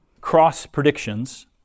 cross-predictions